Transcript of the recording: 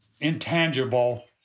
intangible